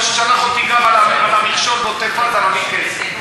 כמו ששלח אותי גם על המכשול בעוטף-עזה להביא כסף.